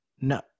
No